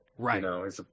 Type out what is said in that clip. Right